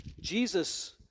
Jesus